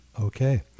Okay